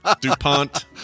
dupont